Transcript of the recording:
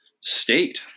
state